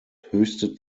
höchste